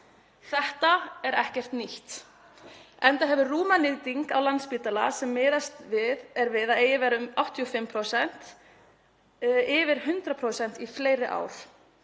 Þetta er ekkert nýtt enda hefur rúmanýting á Landspítala, sem miðast við að eigi að vera um 85%, verið yfir 100% í fleiri ár.